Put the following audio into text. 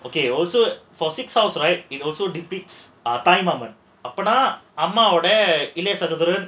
okay also for six house right it also depicts ah time தாய் மாமன் அப்டினா அம்மாவோட இளைய சகோதரன்:thai maaman apdinaa ammavoda ilaya sagotharan